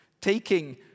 taking